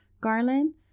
garland